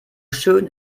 schön